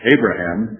Abraham